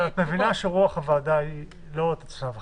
אבל את מבינה שרוח הוועדה היא לא לתת שנה וחצי.